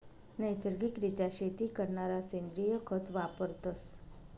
नैसर्गिक रित्या शेती करणारा सेंद्रिय खत वापरतस